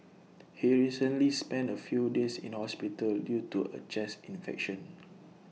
he recently spent A few days in hospital due to A chest infection